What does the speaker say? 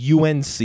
UNC